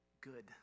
good